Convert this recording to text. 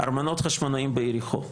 ארמונות חשמונאים ביריחו,